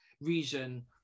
region